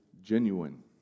genuine